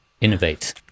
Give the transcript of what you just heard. Innovate